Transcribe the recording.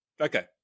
Okay